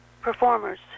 performers